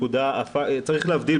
צריך להבדיל,